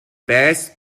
best